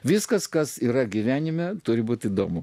viskas kas yra gyvenime turi būti įdomu